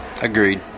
Agreed